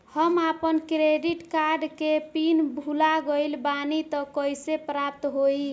हम आपन credit card के पिन भुला गइल बानी त कइसे प्राप्त होई?